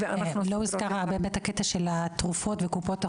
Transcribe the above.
לא הוזכר עניין התרופות וקופות חולים.